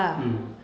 mm